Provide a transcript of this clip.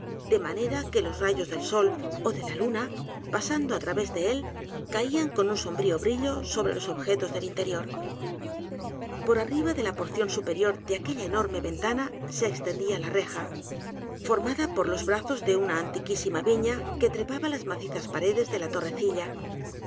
de manera que los rayos del sol ó de la luna pasando á través de él caían con un sombrío brillo sobre los objetos del interior p o r arriba de la porción superior de aquella enorme ventana se extendía la reja formada por los brazos de una antiquísima viña que trepaba las macizas paredes de la